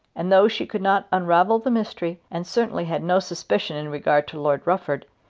and though she could not unravel the mystery, and certainly had no suspicion in regard to lord rufford,